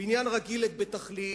בניין רגיל בתכלית.